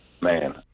Man